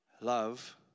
love